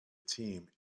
team